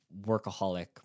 workaholic